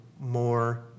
more